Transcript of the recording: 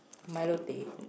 milo teh